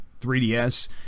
3DS